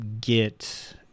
get